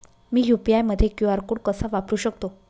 मी UPI मध्ये QR code कसा वापरु शकते?